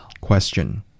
Question